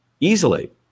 easily